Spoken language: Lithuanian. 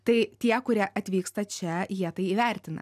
tai tie kurie atvyksta čia jie tai įvertina